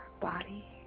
body